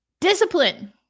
Discipline